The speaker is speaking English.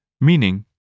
Meaning